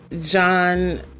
John